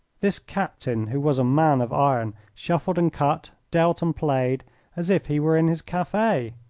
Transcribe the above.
this captain, who was a man of iron shuffled and cut, dealt and played as if he were in his cafe.